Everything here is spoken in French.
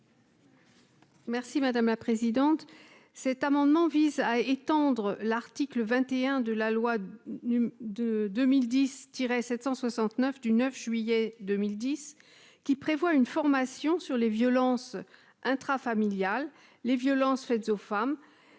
Merci madame la présidente, cet amendement vise à étendre l'article 21 de la loi de 2010 tiret 769 du 9 juillet 2010 qui prévoit une formation sur les violences intrafamiliales les violences faites aux femmes